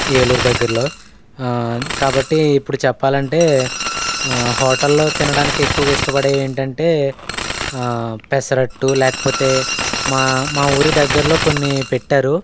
ఏలూరు దగ్గరలో కాబట్టి ఇప్పుడు చెప్పాలంటే హోటల్లో తినడానికి ఎక్కువగా ఇష్టపడేవేంటంటే పెసరట్టు లేకపోతే మా మా ఊరి దగ్గరలో కొన్ని పెట్టారు